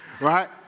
right